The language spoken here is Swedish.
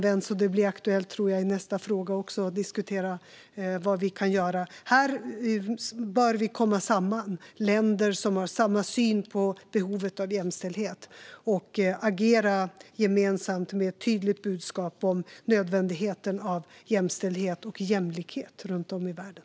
Jag tror att det blir aktuellt även i nästa fråga att diskutera vad vi kan göra. Här bör länder som har samma syn på behovet av jämställdhet komma samman och agera gemensamt med ett tydligt budskap om nödvändigheten av jämställdhet och jämlikhet runt om i världen.